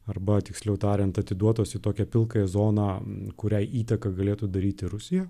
arba tiksliau tariant atiduotos į tokią pilkąją zoną kuriai įtaką galėtų daryti rusija